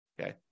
Okay